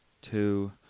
two